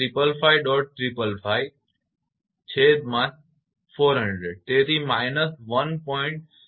555 છેદમાં 400 તેથી minus 1